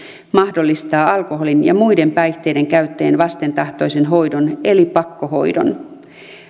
mahdollistaa alkoholin ja muiden päihteiden käyttäjien vastentahtoisen hoidon eli pakkohoidon